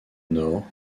nord